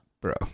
bro